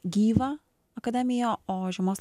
gyvą akademiją o žiemos